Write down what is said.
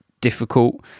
difficult